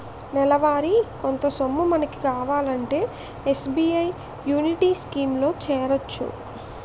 నెలవారీ కొంత సొమ్ము మనకు కావాలంటే ఎస్.బి.ఐ యాన్యుటీ స్కీం లో చేరొచ్చు